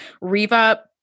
Reva